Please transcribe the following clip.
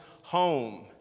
home